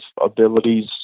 abilities